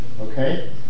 Okay